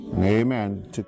Amen